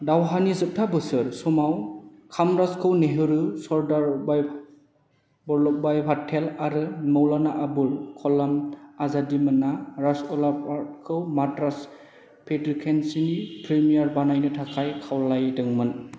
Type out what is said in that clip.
दावहानि जोबथा बोसोर समाव कामराजखौ नेहरू सरदार वल्लभभाई पटेल आरो मौलाना अबुल कलाम आज़ादमोना राजगोपालाचारीखौ माद्रास प्रेसीडेन्सिनि प्रीमियर बानायनो थाखाय खावलायदोंमोन